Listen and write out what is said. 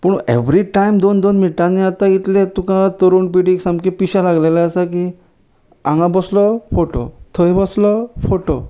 पूण every time दोन दोन मिनटांनी आतां इतले तुका तरूण पिडीक सामंके पिशा लागलेले आसा की हांगा बसलो फोटो थंय बसलो फोटो